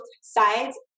sides